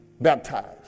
baptized